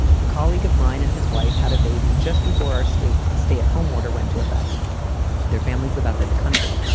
a colleague of mine and his wife had a baby just before our state's stay at home order went to affect their families, live outside the country.